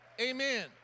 Amen